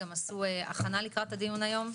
גם עשו הכנה לקראת הדיון היום.